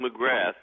McGrath